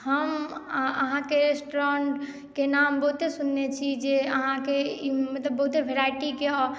हम आहाँके रेस्टुरेंट के नाम बहुते सुनने छी जे आहाँके मतलब बहुते वेराइटी के